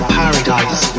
paradise